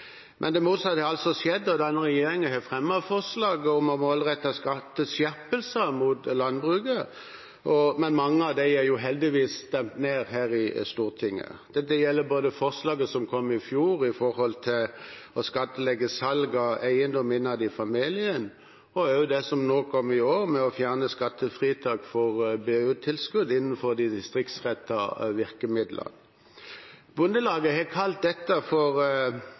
Men det motsatte har altså skjedd: Denne regjeringen har fremmet forslag om å målrette skatteskjerpelser mot landbruket, men mange av dem er heldigvis stemt ned her i Stortinget. Dette gjelder både forslaget som kom i fjor, om å skattlegge salg av eiendom innad i familien, og det som kom i år, om å fjerne skattefritaket for BU-tilskudd innenfor distriktsrettede virkemidler. Bondelaget har kalt dette «regjeringas skattebløff». Er det slik at regjeringen mener det de kaller dynamiske skattekutt, virker for